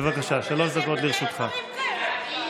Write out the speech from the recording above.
אין דברים כאלה בכלל.